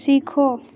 सीखो